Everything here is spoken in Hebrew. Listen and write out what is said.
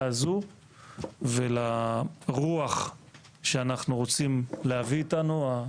הזאת ולרוח שאנחנו רוצים להביא איתנו,